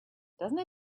doesn’t